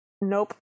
Nope